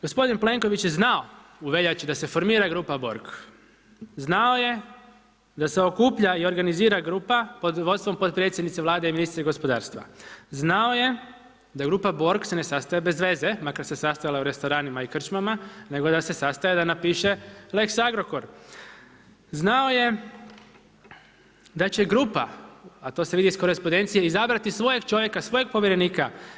Gospodin Plenković je znao u veljači da se formira grupa Borg, znao je da se okuplja i organizira grupa pod vodstvom potpredsjednice Vlade i ministrice gospodarstva, znao je da se grupa Borg ne sastaje bez veze makar se sastajala u restoranima i krčmama nego da se sastaje da napiše lex Agrokor, znao je da će grupa, a to se vidi iz korespondencije izabrati svojeg čovjeka, svojeg povjerenika.